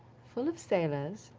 full of sailors,